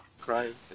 crying